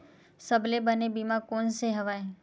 सबले बने बीमा कोन से हवय?